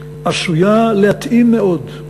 עשויה להתאים מאוד,